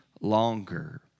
longer